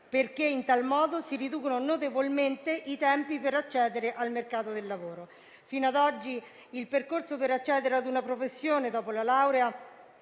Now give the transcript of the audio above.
perché in tal modo si riducono notevolmente i tempi per accedere al mercato del lavoro. Fino ad oggi, il percorso per accedere ad una professione dopo la laurea